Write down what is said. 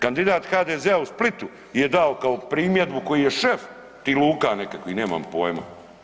Kandidat HDZ-a u Splitu je dao kao primjedbu koju je šef ti luka nekakvih, nemam pojma.